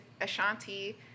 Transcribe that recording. Ashanti